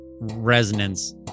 resonance